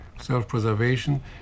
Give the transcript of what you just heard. self-preservation